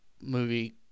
movie